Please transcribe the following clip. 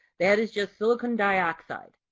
that is just silicon dioxide.